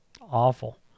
awful